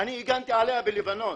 אני הגנתי עליה בלבנון,